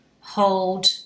hold